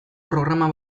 programa